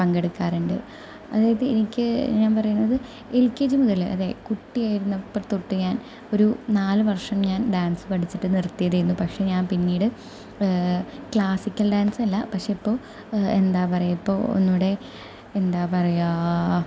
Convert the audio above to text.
പങ്കെടുക്കാറുണ്ട് അതായത് എനിക്കെ ഞാൻ പറയണത് എൽ കെ ജി മുതൽ അതേ കുട്ടിയായിരുന്നപ്പോൾ തൊട്ടു ഞാൻ ഒരു നാലു വർഷം ഞാൻ ഡാൻസ് പഠിച്ചിട്ട് നിർത്തിയതായിരുന്നു പക്ഷേ ഞാൻ പിന്നീട് ക്ലാസിക്കൽ ഡാൻസ് അല്ല പക്ഷേ ഇപ്പോൾ എന്താ പറയുക ഇപ്പോൾ ഒന്നും കൂടി എന്താ പറയുക